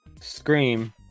Scream